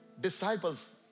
Disciples